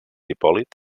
hipòlit